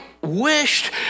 wished